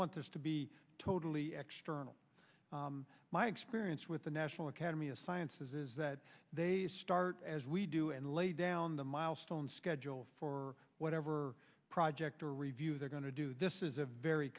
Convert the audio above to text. want this to be totally my experience with the national academy of sciences is that they start as we do and lay down the milestones schedule for whatever project or review they're going to do this is a very